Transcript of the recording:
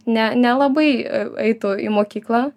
ne nelabai eitų į mokyklą